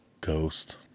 Ghost